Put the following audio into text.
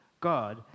God